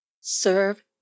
Serve